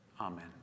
Amen